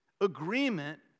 agreement